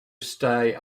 stay